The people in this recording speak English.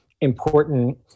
important